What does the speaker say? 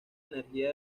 energía